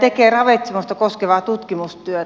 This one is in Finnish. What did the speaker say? tekee ravitsemusta koskevaa tutkimustyötä